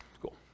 cool